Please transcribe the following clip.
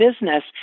business